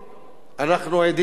אנחנו עדים לעוד